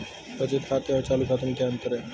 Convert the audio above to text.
बचत खाते और चालू खाते में क्या अंतर है?